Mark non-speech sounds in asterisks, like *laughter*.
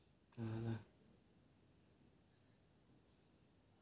*breath*